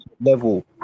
level